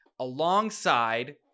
Alongside